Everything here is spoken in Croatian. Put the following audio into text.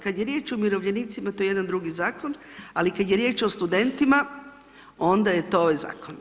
Kada je riječ o umirovljenicima to je jedan drugi zakon, ali kada je riječ o studentima onda je to ovaj zakon.